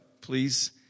please